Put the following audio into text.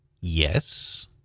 Yes